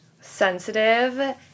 sensitive